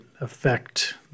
affect